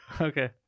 Okay